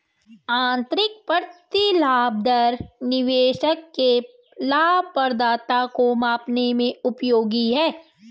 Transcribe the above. आंतरिक प्रतिलाभ दर निवेशक के लाभप्रदता को मापने में उपयोगी है